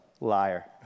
Liar